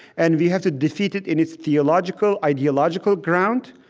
and we have to defeat it in its theological, ideological ground,